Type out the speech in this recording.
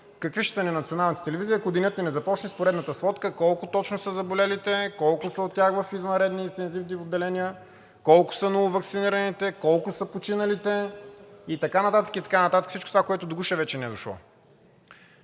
какви ще са националните ни телевизии, ако денят им не започне с поредна сводка колко точно са заболелите, колко от тях са в интензивни отделения, колко са нововаксинираните, колко са починалите и така нататък, и така нататък – всичко това, което до гуша вече ни е дошло.